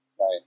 Right